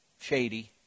shady